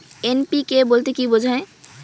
NPK বলতে কী বোঝায়?